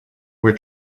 were